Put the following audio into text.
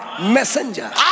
messenger